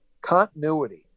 Continuity